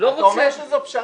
אתה אומר שזאת פשרה.